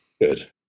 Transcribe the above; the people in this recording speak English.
Good